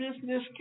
business